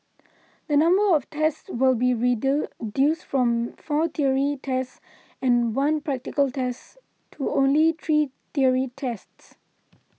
the number of tests will be from four theory tests and one practical test to only three theory tests